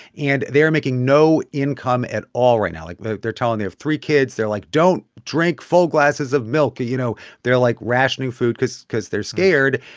and they're making no income at all right now. like they're telling they have three kids. they're like, don't drink full glasses of milk. you know, they're, like, rationing food cause cause they're scared.